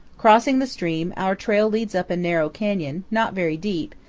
crossing the stream, our trail leads up a narrow canyon, not very deep,